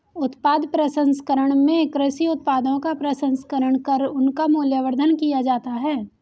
उत्पाद प्रसंस्करण में कृषि उत्पादों का प्रसंस्करण कर उनका मूल्यवर्धन किया जाता है